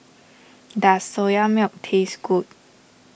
does Soya Milk taste good